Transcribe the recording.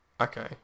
Okay